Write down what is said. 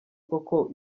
koko